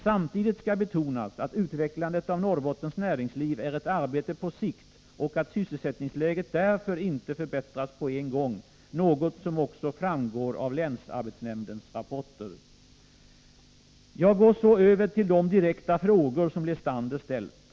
Samtidigt skall betonas att utvecklandet av Norrbottens näringsliv är ett arbete på sikt och att sysselsättningsläget därför inte förbättras på en gång, något som också framgår av länsarbetsnämndens rapport. Jag går så över till de direkta frågor som Lestander ställt.